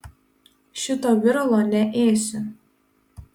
šito viralo neėsiu